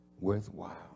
Worthwhile